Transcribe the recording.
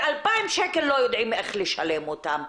ו-2,000 שקלים לא יודעים איך לשלם אותם.